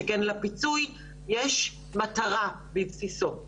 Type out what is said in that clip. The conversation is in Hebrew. שכן לפיצוי יש מטרה בבסיסו,